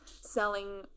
selling